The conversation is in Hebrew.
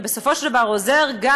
ובסופו של דבר עוזר גם,